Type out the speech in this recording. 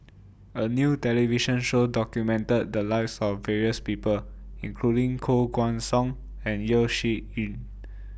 A New television Show documented The Lives of various People including Koh Guan Song and Yeo Shih Yun